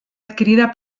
adquirida